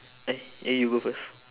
eh eh you go first